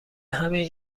همین